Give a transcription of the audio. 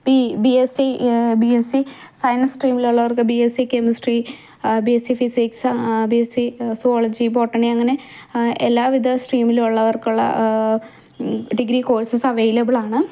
B S C B S C science സ്ട്രീമിൽ ഉള്ളവർക്ക് B S C chemistry B S C physics B S C zoology botany അങ്ങനെ എല്ലാവിധ സ്ട്രീമിൽ ഉള്ളവർക്കുള്ള degree courses available ആണ്